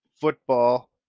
football